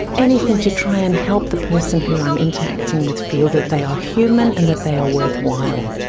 anything to try and help the person who i'm interacting with feel that they are human and that they are worthwhile.